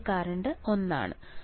എന്റെ കറന്റ് ഒന്നാണ്